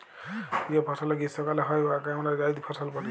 যে ফসলে গীষ্মকালে হ্যয় উয়াকে আমরা জাইদ ফসল ব্যলি